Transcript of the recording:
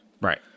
Right